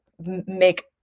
make